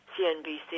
CNBC